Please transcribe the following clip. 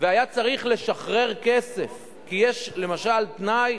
והיה צריך לשחרר כסף, כי יש, למשל, תנאי